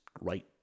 right